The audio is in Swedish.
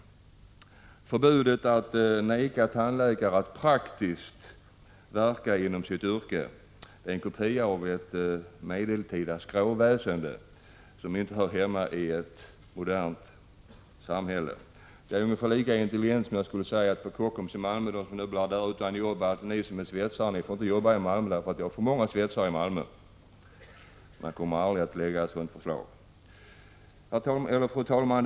Förbudet för tandläkare att praktiskt verka inom sitt yrke innebär en kopia av ett medeltida skråväsende som inte hör hemma i ett modernt samhälle. Det är ungefär lika intelligent som om jag skulle säga att de svetsare på Kockums i Malmö som blir utan arbete inte får jobba i Malmö därför att det finns för många svetsare där. Men man kommer aldrig att lägga fram något sådant förslag. Fru talman!